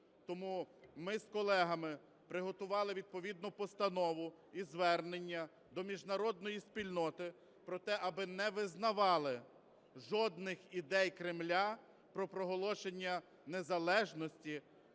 Тому ми з колегами приготували відповідну постанову і звернення до міжнародної спільноти про те, аби не визнавали жодних ідей Кремля про проголошення незалежності